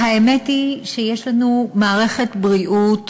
והאמת היא שיש לנו מערכת בריאות